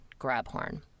Grabhorn